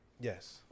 yes